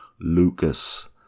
Lucas